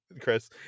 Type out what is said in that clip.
Chris